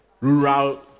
rural